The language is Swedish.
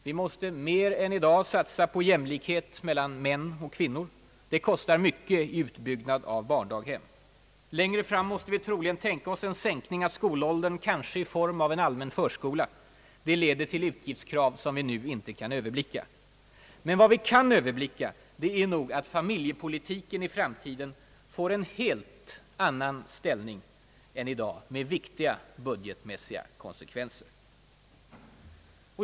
Vi måste mer än i dag satsa på jämlikhet mellan män och kvinnor — det kostar mycket i utbyggnad av barndaghem. Längre fram måste vi troligen tänka oss en sänkning av skolåldern, kanske i form av en allmän förskola. Det leder till utgiftskrav som vi nu inte kan överblicka. Men vad vi kan överblicka är nog att familjepolitiken i framtiden får en helt annan ställning än i dag med viktiga budgetmässiga konsekvenser.